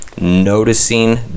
noticing